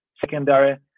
Secondary